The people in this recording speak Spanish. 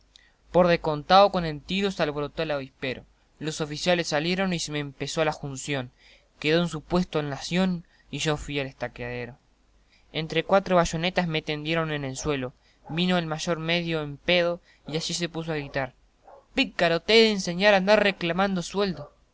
por de contao con el tiro se alborotó el avispero los oficiales salieron y se empezó la junción quedó en su puesto el nación y yo fi al estaquiadero entre cuatro bayonetas me tendieron en el suelo vino el mayor medio en pedo y allí se puso a gritar pícaro te he de enseñar andar reclamando sueldos